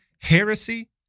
Heresy